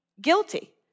guilty